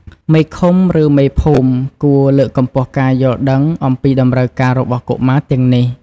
មេឃុំឬមេភូមិគួរលើកកម្ពស់ការយល់ដឹងអំពីតម្រូវការរបស់កុមារទាំងនេះ។